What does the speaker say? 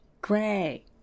Gray